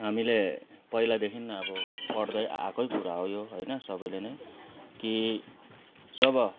हामीले पहिलादेखि आबो पढ्दै आएकै कुरा हो यो होइन सबैले नै कि जब